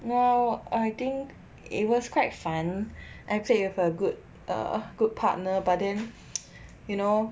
well I think it was quite fun I played with a good a good partner but then you know